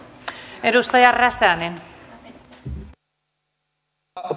arvoisa puhemies